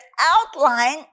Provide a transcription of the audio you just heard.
outline